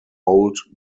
old